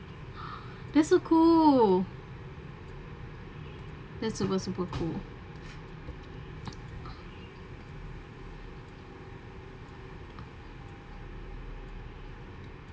that's so cool that's super super cool